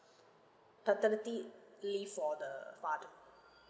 paternity leave for the father